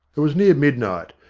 it was near midnight,